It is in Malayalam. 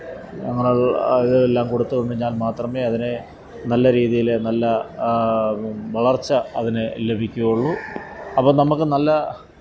അതെല്ലാം കൊടുത്തുകൊണ്ട് ഞാന് മാത്രമേ അതിനേ നല്ല രീതിയിൽ നല്ല വളര്ച്ച അതിന് ലഭിക്കുകയുള്ളു അപ്പം നമുക്ക് നല്ല